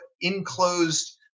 enclosed